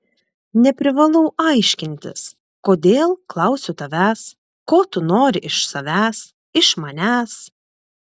neprivalau aiškintis kodėl klausiu tavęs ko tu nori iš savęs iš manęs